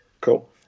cool